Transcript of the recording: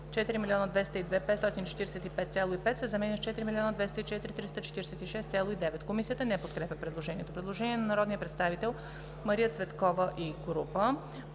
числото „4 202 545,5“ се заменя с „4 204 346,9“.“ Комисията не подкрепя предложението. Предложение на народния представител Мария Цветкова и група: